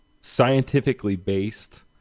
scientifically-based